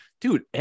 dude